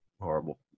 horrible